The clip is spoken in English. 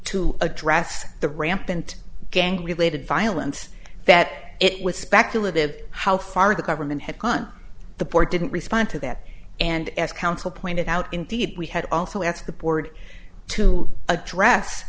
to address the rampant gang related violence that it was speculative how far the government had gone the board didn't respond to that and as counsel pointed out indeed we had also asked the board to address